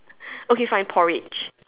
okay fine porridge